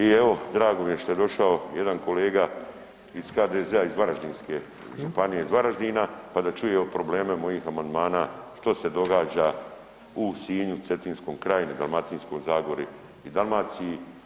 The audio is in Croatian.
I evo drago mi je što je došao jedan kolega iz HDZ-a iz Varaždinske županije iz Varaždina pa da čuje o problemima mojih amandmana što se događa u Sinju, Cetinskom kraju, Dalmatinskoj zagori i Dalmaciji.